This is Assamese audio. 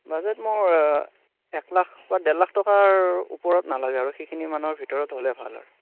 বাজেট মোৰ এক লাখ বা ডেৰ লাখ টকাৰ ওপৰত নালাগে আৰু সেইখিনি মানৰ ভিতৰত হ'লে ভাল হয়